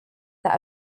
that